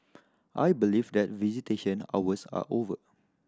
I believe that visitation hours are over